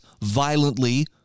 violently